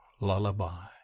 lullaby